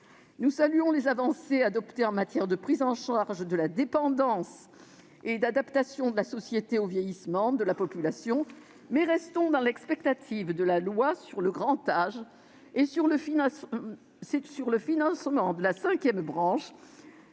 Nous saluons les avancées adoptées en matière de prise en charge de la dépendance et d'adaptation de la société au vieillissement de la population, mais nous restons dans l'expectative de la loi sur le grand âge et sur le financement de la cinquième branche,